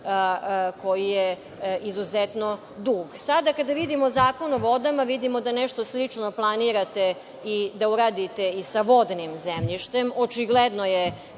koji je izuzetno dug. Sada kada vidimo Zakon o vodama, vidimo da nešto slično planirate da uradite i sa vodnim zemljištem.